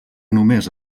només